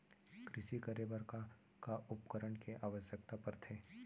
कृषि करे बर का का उपकरण के आवश्यकता परथे?